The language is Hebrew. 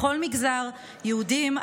בכל מגזר: יהודים,